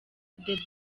the